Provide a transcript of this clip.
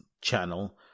channel